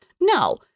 no